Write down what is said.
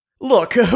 Look